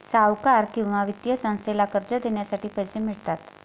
सावकार किंवा वित्तीय संस्थेला कर्ज देण्यासाठी पैसे मिळतात